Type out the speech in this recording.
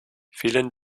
vielen